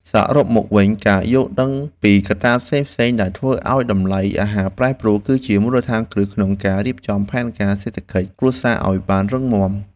សរុបមកវិញ ការយល់ដឹងពីកត្តាផ្សេងៗដែលធ្វើឱ្យតម្លៃអាហារប្រែប្រួល គឺជាមូលដ្ឋានគ្រឹះក្នុងការរៀបចំផែនការសេដ្ឋកិច្ចគ្រួសារឱ្យបានរឹងមាំ។